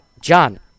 John